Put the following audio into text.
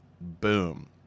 boom